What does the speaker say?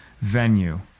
venue